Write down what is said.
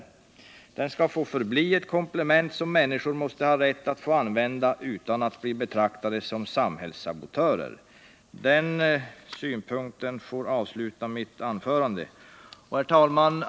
Bilen skall få förbli ett komplement, som människor måste ha rätt att använda utan att bli betraktade som samhällssabotörer. Den synpunkten får avsluta mitt anförande. Herr talman!